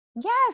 Yes